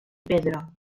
pedra